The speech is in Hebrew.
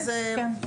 כן.